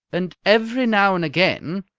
and every now and again,